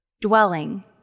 dwelling